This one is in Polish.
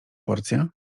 porcja